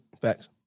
Facts